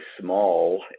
small